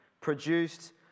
produced